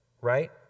right